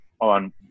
on